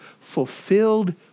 fulfilled